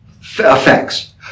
effects